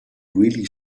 really